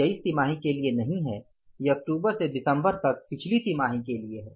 यह इस तिमाही के लिए नहीं है यह अक्टूबर से दिसंबर तक पिछली तिमाही के लिए है